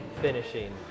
finishing